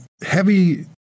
heavy